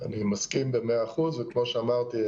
אני מסכים במאה אחוז, וכמו שאמרתי,